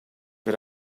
but